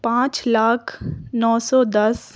پانچ لاکھ نو سو دس